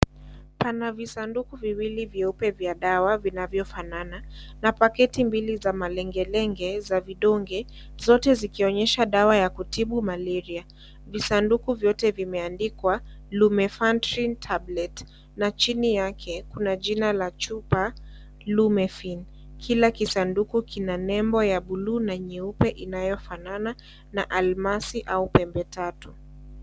Pana visanduku viwili vyeupe vya dawa vinavyofanana. Na paketi mbili za malengelenge za vidonge zote zikionyesha dawa ya kutibu malaria. Visanduku vyote vimeandikwa Lumefantrine Tablets na chini yake kuna jina la chupa Lumefin . Kila kisanduku kina mabel ya blue na nyeupe inayofanana na almasi au pembe tatu.